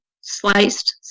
sliced